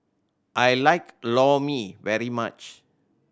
I like Lor Mee very much